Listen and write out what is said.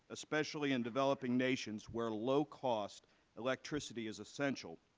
especially in developing nations where low cost electricity is essential,